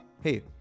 hey